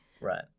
Right